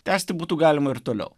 tęsti būtų galima ir toliau